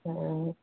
हॅं